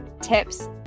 tips